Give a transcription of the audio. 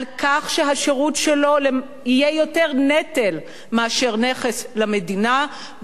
על כך שהשירות שלו יהיה יותר נטל מאשר נכס למדינה,